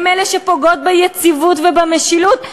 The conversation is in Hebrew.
הן אלה שפוגעות ביציבות ובמשילות,